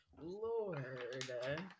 lord